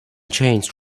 changed